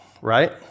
Right